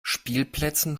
spielplätzen